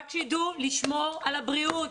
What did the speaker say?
רק שיידעו לשמור על הבריאות,